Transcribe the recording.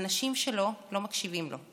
האנשים שלו לא מקשיבים לו,